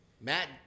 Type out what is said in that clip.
Matt